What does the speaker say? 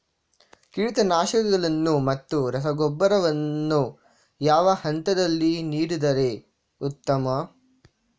ಕೀಟನಾಶಕಗಳನ್ನು ಮತ್ತು ರಸಗೊಬ್ಬರವನ್ನು ಯಾವ ಹಂತದಲ್ಲಿ ನೀಡಿದರೆ ಉತ್ತಮ?